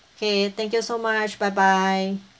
okay thank you so much bye bye